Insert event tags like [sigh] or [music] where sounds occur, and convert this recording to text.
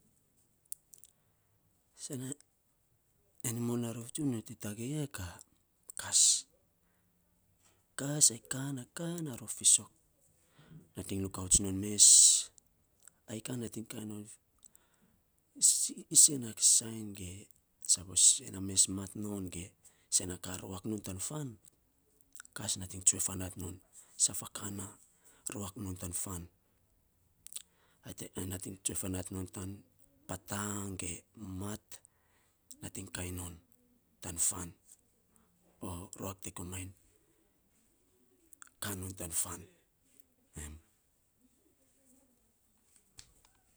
[hesitation] sen a animol a rof tsun nyo te tagei ya [hesitation] kas, ka na ka na rof fiisok nating rukaut [hesitation] isen na sain ge sapos isen na mes mat non ge isen na kaa ruak non kas nating tsue fanat non, saf a ka na ruak non tan fan, ai nating tsue fa nat non tan patang ge mat nating kainon tan fan o ruat te komainy kaa non tan fan.